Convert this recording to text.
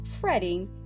fretting